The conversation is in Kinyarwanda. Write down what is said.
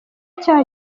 cya